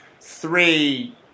three